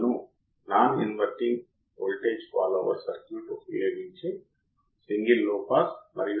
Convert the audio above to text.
కాబట్టి Iios చేత input offset కరెంట్ను నేను సూచిస్తున్నాను కానీ |Ib1 Ib2|ప్రస్తుత పరిమాణం 20 నుండి 16 మైక్రోయాంపియర్ల క్రమంలో చాలా చిన్నది